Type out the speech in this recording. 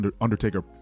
Undertaker